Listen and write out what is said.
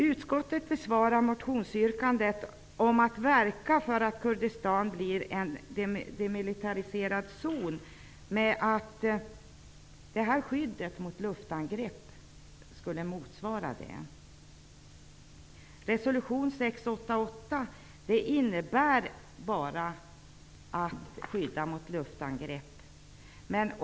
Utskottet besvarar motionsyrkandet om att verka för att Kurdistan blir en demilitariserad zon med att skyddet mot luftangrepp skulle motsvara det. Det som sägs i resolution 688 innebär bara att skydda mot luftangrepp.